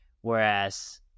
Whereas